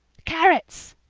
carrots!